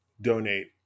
donate